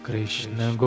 Krishna